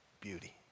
beauty